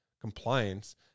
compliance